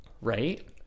right